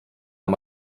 amb